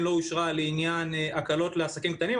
לא אושרה לעניין הקלות לעסקים קטנים,